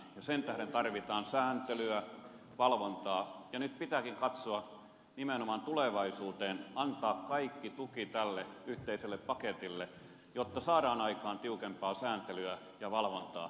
sen tähden tarvitaan sääntelyä valvontaa ja nyt pitääkin katsoa nimenomaan tulevaisuuteen antaa kaikki tuki tälle yhteiselle paketille jotta saadaan aikaan tiukempaa sääntelyä ja valvontaa